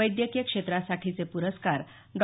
वैद्यकीय क्षेत्रासाठीचे प्रस्कार डॉ